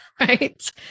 right